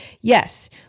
yes